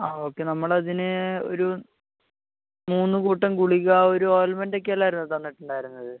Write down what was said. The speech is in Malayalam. അ ഓക്കെ നമ്മളിതിന് ഒരു മൂന്നുകൂട്ടം ഗുളിക ഒരു ഓയിൻമെൻറ്റൊക്കെയല്ലേ തന്നിട്ടുണ്ടായിരുന്നത്